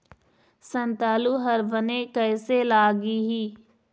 संतालु हर बने कैसे लागिही?